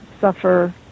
suffer